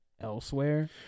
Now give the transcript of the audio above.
elsewhere